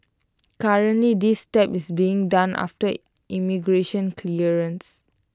currently this step is being done after immigration clearance